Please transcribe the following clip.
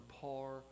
par